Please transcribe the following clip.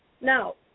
Now